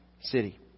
city